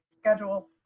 schedule